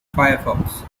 firefox